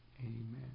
Amen